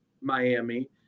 Miami